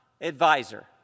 advisor